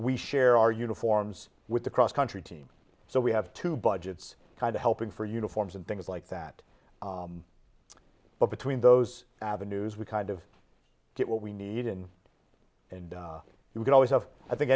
we share our uniforms with the cross country team so we have two budgets kind of helping for uniforms and things like that but between those avenues we kind of get what we need in and you can always of i think